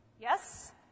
Yes